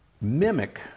mimic